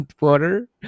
water